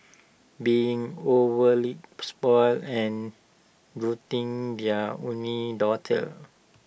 being overly spoilt and doting their only daughter